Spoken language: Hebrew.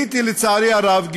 לצערי הרב,